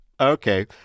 Okay